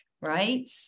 Right